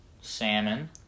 Salmon